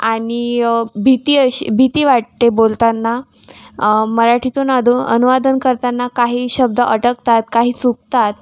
आणि भीती अशी भीती वाटते बोलताना मराठीतून अदु अनुवादन करताना काही शब्द अटकतात काही चुकतात